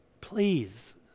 Please